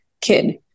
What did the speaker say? kid